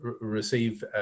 receive